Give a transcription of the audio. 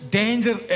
danger